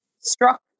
struck